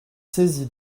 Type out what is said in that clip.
saisi